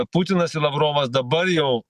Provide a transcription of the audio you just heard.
putinas ir lavrovas dabar jau